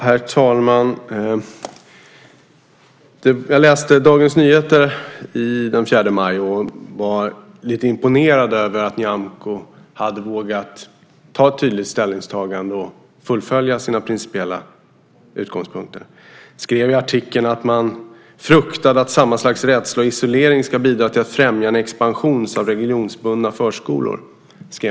Herr talman! Jag läste Dagens Nyheter den 4 maj. Jag var imponerad över att Nyamko vågade göra ett tydligt ställningstagande och fullfölja sina principiella utgångspunkter. Man skrev i artikeln att man fruktade att samma slags rädsla och isolering ska bidra till att främja en expansion av religionsbundna förskolor.